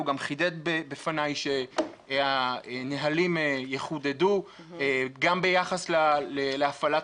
הוא גם חידד בפניי שהנהלים יחודדו גם ביחס להפעלת